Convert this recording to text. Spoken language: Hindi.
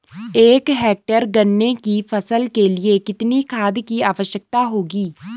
एक हेक्टेयर गन्ने की फसल के लिए कितनी खाद की आवश्यकता होगी?